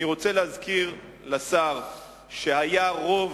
אני רוצה להזכיר לשר שלפני שלוש שנים היה רוב